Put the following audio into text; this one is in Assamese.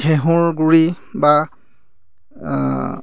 ঘেঁহুৰ গুড়ি বা